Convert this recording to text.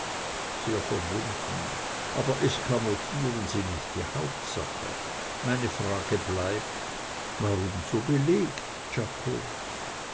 sehr verbunden aber eskamotieren sie nicht die hauptsache meine frage bleibt warum so belegt czako